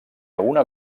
una